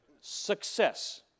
Success